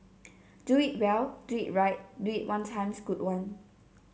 do it well do it right do it one times good one